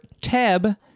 tab